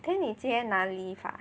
then 你今天拿 leave ah